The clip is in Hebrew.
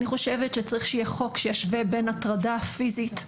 אני חושבת שצריך שיהיה חוק שישווה בין הטרדה פיזית,